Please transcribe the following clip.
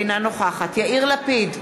אינה נוכחת יאיר לפיד,